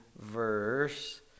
verse